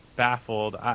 Baffled